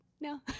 no